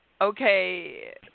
Okay